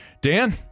Dan